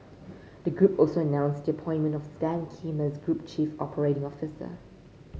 the group also announced the appointment of Stan Kim as group chief operating officer